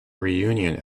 reunion